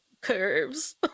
curves